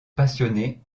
passionné